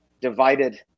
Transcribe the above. divided